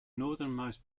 northernmost